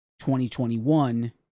2021